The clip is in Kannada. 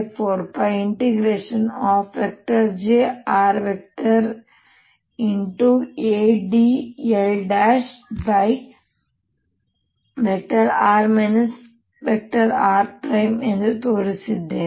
adl|r r| ಇಲ್ಲಿ ತೋರಿಸಿದ್ದೇನೆ